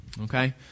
Okay